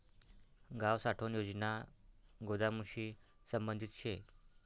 गाव साठवण योजना गोदामशी संबंधित शे